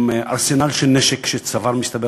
עם ארסנל של נשק שצבר,